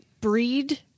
breed